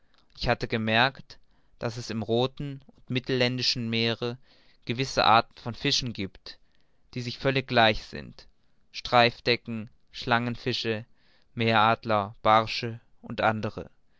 ich hatte bemerkt daß es im rothen und mittelländischen meere gewisse arten von fischen giebt die sich völlig gleich sind streifdecken schlangenfische meeradler barsche u a